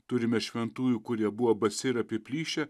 turime šventųjų kurie buvo basi ir apiplyšę